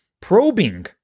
Probing